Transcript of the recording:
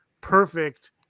Perfect